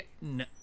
no